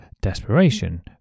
desperation